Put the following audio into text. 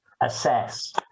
assess